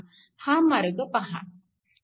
हा मार्ग पहा